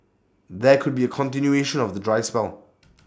there could be A continuation of the dry spell